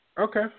Okay